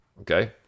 Okay